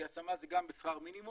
כי השמה זה גם בשכר מינימום,